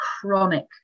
chronic